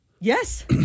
Yes